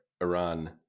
Iran